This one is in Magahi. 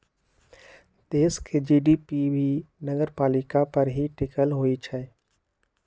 देश के जी.डी.पी भी नगरपालिका पर ही टिकल होई छई